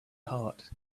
heart